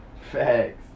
Facts